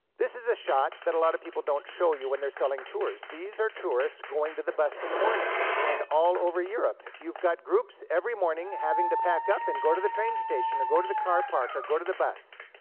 this is a shot that a lot of people don't show you when they're selling tours. these are tourists going to the bus in the morning. and all over europe, you've got groups every morning having to pack up and go to the train station, or go to the car park, or go to the bus,